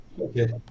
Okay